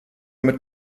mit